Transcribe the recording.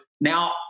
now